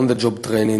on-the-job training,